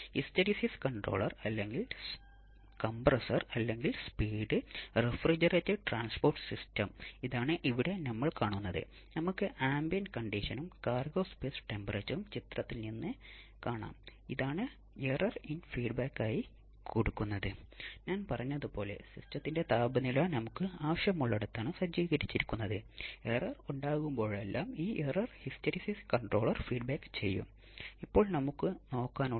C വളരെ ഉയർന്നതാണെങ്കിൽ RC വളരെ ഉയർന്നതാണെങ്കിൽ എന്റെ ഔട്ട്പുട്ടിലെ ഫേസ് ഷിഫ്റ്റ് 90 ഡിഗ്രി ആയിരിക്കും എന്നാ പ്രായോഗികമായി മൂല്യങ്ങൾ തിരഞ്ഞെടുക്കപ്പെടുന്നു അതായത് 1 ആർസി 60 ഡിഗ്രി ഫേസ് മാറ്റം നൽകും